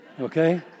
okay